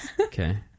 Okay